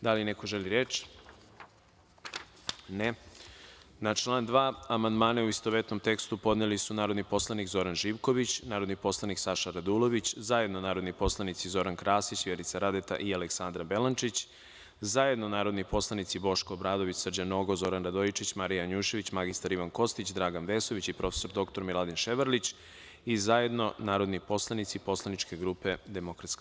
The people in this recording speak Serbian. Da li neko želi reč? (Ne.) Na član 2. amandmane, u istovetnom tekstu, podneli su narodni poslanik Zoran Živković, narodni poslanik Saša Radulović, zajedno narodni poslanici Zoran Krasić, Vjerica Radeta i Aleksandra Belačić, zajedno narodni poslanici Boško Obradović, Srđan Nogo, Zoran Radojčić, Marija Janjušević, mr Ivan Kostić, Dragan Vesović i prof. Miladin Ševarlić i zajedno narodni poslanici Poslaničke grupe DS.